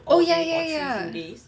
oh yeah yeah yeah